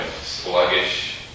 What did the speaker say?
sluggish